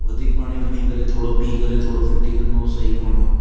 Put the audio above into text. वधीक पाणी खणी करे थोरो पी करे थोरो फिटी करनो सही कोन्हे